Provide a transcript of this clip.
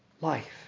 life